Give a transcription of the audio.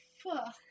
fuck